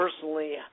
personally